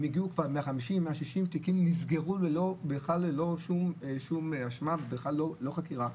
הם הגיעו ל-160-150 תיקים שנסגרו ללא כל אשמה וללא חקירה.